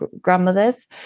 grandmother's